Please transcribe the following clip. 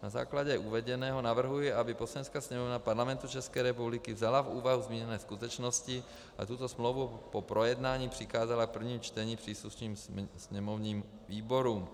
Na základě uvedeného navrhuji, aby Poslanecká sněmovna Parlamentu České republiky vzala v úvahu zmíněné skutečnosti a tuto smlouvu po projednání přikázala v prvním čtení příslušným sněmovním výborům.